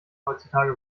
heutzutage